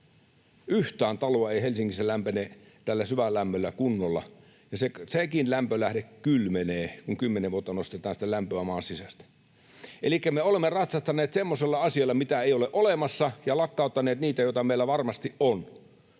Yhtään taloa ei Helsingissä lämpene tällä syvälämmöllä kunnolla, ja sekin lämmönlähde kylmenee, kun kymmenen vuotta nostetaan sitä lämpöä maan sisästä. Elikkä me olemme ratsastaneet semmoisella asialla, mitä ei ole olemassa, ja lakkauttaneet niitä, joita meillä varmasti on.